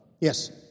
Yes